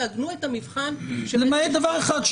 תעגנו את המבחן --- למעט דבר אחד,